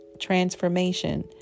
transformation